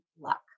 luck